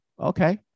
Okay